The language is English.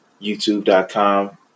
youtube.com